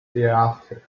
thereafter